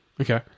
Okay